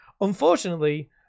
unfortunately